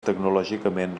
tecnològicament